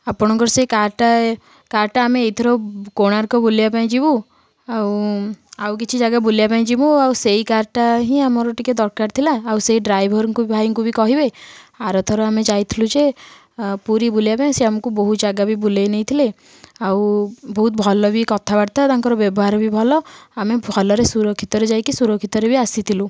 ଆପଣଙ୍କର ସେଇ କାରଟା କାରଟା ଆମେ ଏଇ ଥର କୋଣାର୍କ ବୁଲିବାପାଇଁ ଯିବୁ ଆଉ ଆଉ କିଛି ଜାଗା ବୁଲିବାକୁ ଯିବୁ ଆଉ ସେଇ କାରଟା ହିଁ ଆମର ଟିକେ ଦରକାର ଥିଲା ଆଉ ସେ ଡ୍ରାଇଭରଙ୍କୁ ଭାଇଙ୍କୁ ବି କହିବେ ଆର ଥର ଆମେ ଯାଇଥିଲୁ ଯେ ପୁରୀ ବୁଲିବା ପାଇଁ ସେ ଆମକୁ ବହୁତ ଜାଗା ବି ବୁଲେଇ ନେଇଥିଲେ ଆଉ ବହୁତ ଭଲ ବି କଥାବାର୍ତ୍ତା ତାଙ୍କର ବ୍ୟବହାର ବି ଭଲ ଆମେ ଭଲରେ ସୁରକ୍ଷିତରେ ଯାଇକି ସୁରକ୍ଷିତରେ ବି ଆସିଥିଲୁ